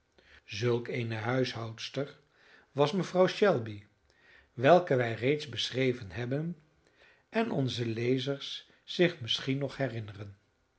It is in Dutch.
zulk eene huishoudster was mevrouw shelby welke wij reeds beschreven hebben en onze lezers zich misschien nog herinneren